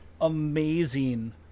amazing